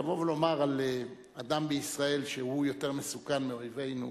לבוא ולומר על אדם בישראל שהוא יותר מסוכן מאויבינו,